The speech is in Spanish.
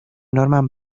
norman